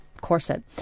corset